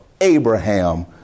Abraham